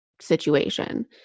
situation